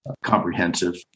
comprehensive